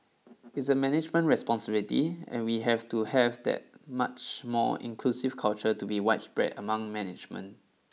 it's a management responsibility and we have to have that much more inclusive culture to be widespread among management